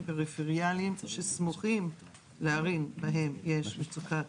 פריפריאליים שסמוכים לערים שבהן יש מצוקת